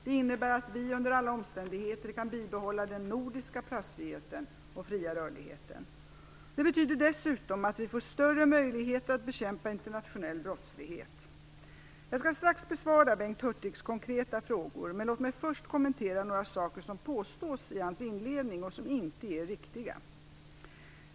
Det innebär att vi under alla omständigheter kan bibehålla den nordiska passfriheten och fria rörligheten. Det betyder dessutom att vi får större möjligheter att bekämpa internationell brottslighet. Jag skall strax besvara Bengt Hurtigs konkreta frågor, men låt mig först kommentera några saker som påstås i hans inledning och som inte är riktiga.